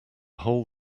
hole